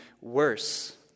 worse